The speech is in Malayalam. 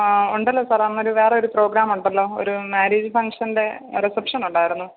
ആ ഉണ്ടല്ലോ സാർ അന്നൊരു വേറൊരു പ്രോഗ്രാം ഉണ്ടല്ലോ ഒരു മാര്യേജ് ഫംഗ്ഷൻ്റെ റിസപ്ഷൻ ഉണ്ടായിരുന്നു